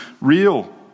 real